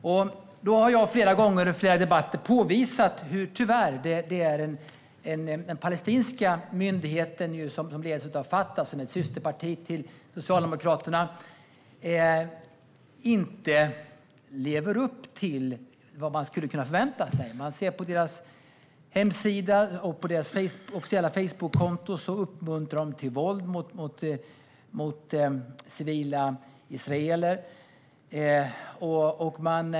Jag har flera gånger i debatter påvisat hur den palestinska myndigheten, som leds av Socialdemokraternas systerparti Fatah, tyvärr inte lever upp till vad man kan förvänta sig. Man ser på deras hemsida och deras officiella Facebooksida att de uppmuntrar till våld mot civila israeler.